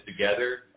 together